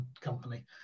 company